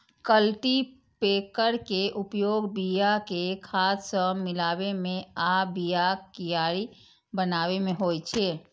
cultipacker के उपयोग बिया कें खाद सं मिलाबै मे आ बियाक कियारी बनाबै मे होइ छै